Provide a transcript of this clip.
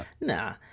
Nah